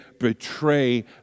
betray